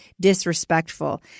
disrespectful